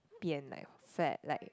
be and like fat like